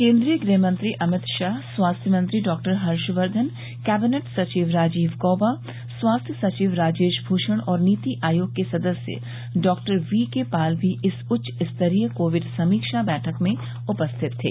केन्द्रीय गृहमंत्री अमित शाह स्वास्थ्य मंत्री डॉ हर्षवर्धन कैबिनेट सचिव राजीव गौबा स्वास्थ्य सचि राजेश भूषण और नीति आयोग के सदस्य डॉ वी के पॉल भी इस उच्च स्तरीय कोविड समीक्षा बैठक में उपस्थित थे